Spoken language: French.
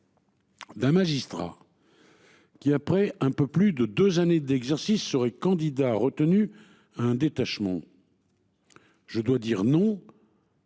D'un magistrat. Qui après un peu plus de 2 années d'exercice serait candidat retenu un détachement. Je dois dire non.